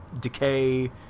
decay